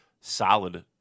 solid